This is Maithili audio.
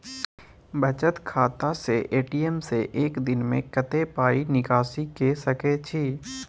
बचत खाता स ए.टी.एम से एक दिन में कत्ते पाई निकासी के सके छि?